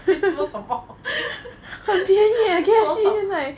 你在说什么